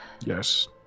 Yes